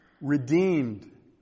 redeemed